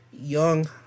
young